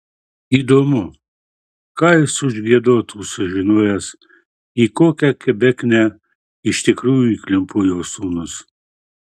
įdomu ką ji užgiedotų sužinojusi į kokią kebeknę iš tikrųjų įklimpo jos sūnus